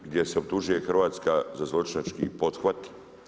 Gdje se optužuje Hrvatska za zločinački pothvat.